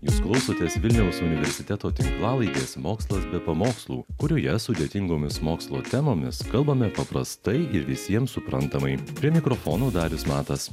jūs klausotės vilniaus universiteto tinklalaidės mokslas be pamokslų kurioje sudėtingomis mokslo temomis kalbame paprastai ir visiem suprantamai prie mikrofono darius matas